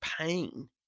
pain